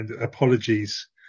apologies